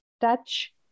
touch